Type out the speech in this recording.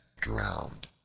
drowned